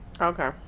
Okay